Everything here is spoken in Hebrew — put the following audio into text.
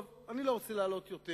טוב, אני לא רוצה להלאות יותר.